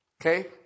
Okay